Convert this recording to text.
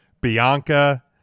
Bianca